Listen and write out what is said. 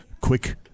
quick